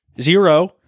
zero